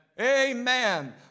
Amen